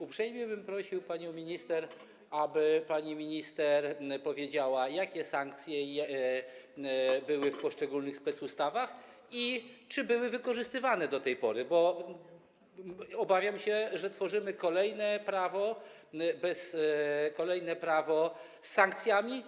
Uprzejmie bym prosił panią minister, aby pani minister powiedziała, jakie sankcje były w poszczególnych specustawach i czy były wykorzystywane do tej pory, bo obawiam się, że tworzymy kolejne prawo z nieużywanymi sankcjami.